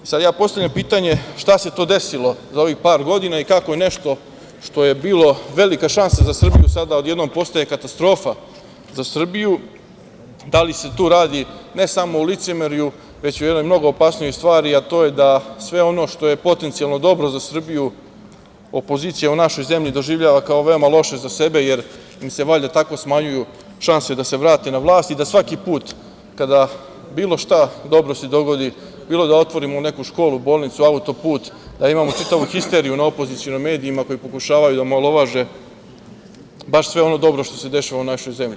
Sada ja postavljam pitanje šta se tu desilo za ovih par godina i kako je nešto što je bilo velika šansa za Srbiju sada odjednom postaje katastrofa za Srbiju, da li se tu radi ne samo o licemerju, već u jednoj mnogo opasnijoj stvari, a to je da sve ono što je potencijalno dobro za Srbiju, opozicija u našoj zemlji doživljava kao veoma loše za sebe, jer im se tako smanjuje šansa da se vrate na vlast i da svaki put kada bilo šta dobro se dogodi, bilo da otvorimo neku školu, bolnicu, autoput, da imao čitavu histeriju na opozicionim medijima koji pokušavaju da omalovaže baš sve ono dobro što se dešava u našoj zemlji.